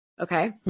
Okay